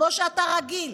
כמו שאתה רגיל,